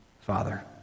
father